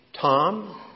Tom